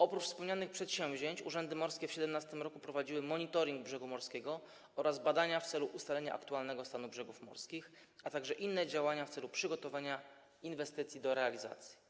Oprócz wspomnianych przedsięwzięć w 2017 r. urzędy morskie prowadziły monitoring brzegu morskiego oraz badania w celu ustalenia aktualnego stanu brzegów morskich, a także inne działania w celu przygotowania inwestycji do realizacji.